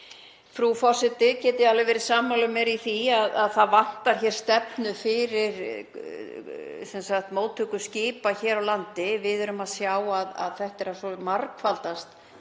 frú forseti geti alveg verið sammála mér í því að það vantar stefnu fyrir móttöku skipa hér á landi. Við erum að sjá að þetta er að margfaldast